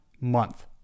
month